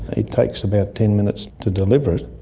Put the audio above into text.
it takes about ten minutes to deliver it,